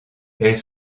elles